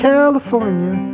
California